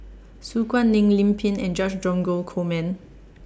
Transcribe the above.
Su Guaning Lim Pin and George Dromgold Coleman